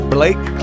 Blake